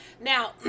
Now